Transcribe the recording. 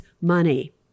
money